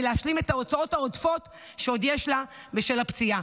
להשלים את ההוצאות העודפות שעוד יש לה בשל הפציעה.